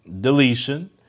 deletion